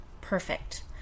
perfect